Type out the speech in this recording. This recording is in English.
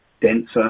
denser